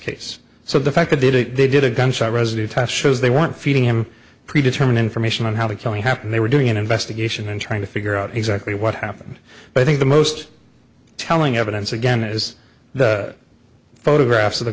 case so the fact that they didn't they did a gunshot residue test shows they weren't feeding him predetermine information on how the county happened they were doing an investigation and trying to figure out exactly what happened but i think the most telling evidence again is the photographs of the